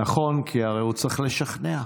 נכון, כי הרי הוא צריך לשכנע.